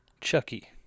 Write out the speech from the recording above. Chucky